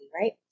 right